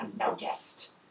unnoticed